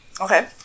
Okay